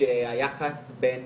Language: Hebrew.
כשהיחס בין